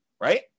right